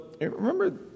Remember